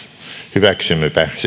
hyväksymmepä